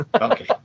Okay